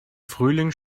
frühling